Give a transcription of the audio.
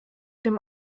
dem